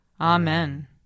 Amen